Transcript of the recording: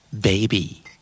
Baby